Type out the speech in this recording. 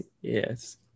Yes